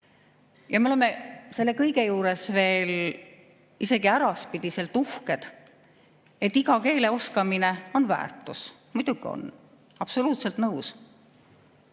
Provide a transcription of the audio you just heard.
Me oleme selle kõige juures veel isegi äraspidiselt uhked, et iga keele oskamine on väärtus. Muidugi on, olen absoluutselt nõus.